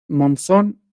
monzón